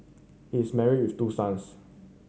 he is marry with two sons